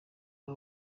aho